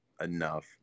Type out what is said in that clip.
enough